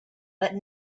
that